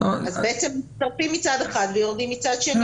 אז בעצם מצטרפים מצד אחד ויורדים מצד שני.